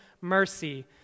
mercy